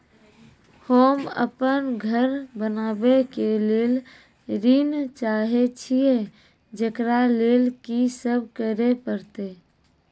होम अपन घर बनाबै के लेल ऋण चाहे छिये, जेकरा लेल कि सब करें परतै?